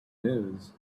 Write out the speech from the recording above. news